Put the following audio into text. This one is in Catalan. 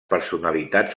personalitats